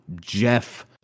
jeff